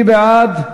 מי בעד?